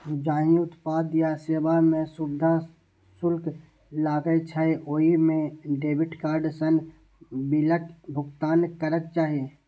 जाहि उत्पाद या सेवा मे सुविधा शुल्क लागै छै, ओइ मे डेबिट कार्ड सं बिलक भुगतान करक चाही